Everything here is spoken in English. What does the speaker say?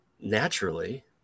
naturally